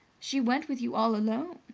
she went with you all alone?